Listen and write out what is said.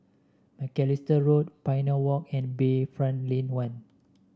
Macalister Road Pioneer Walk and Bayfront Lane One